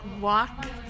walk